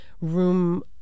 room